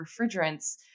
refrigerants